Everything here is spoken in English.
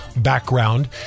background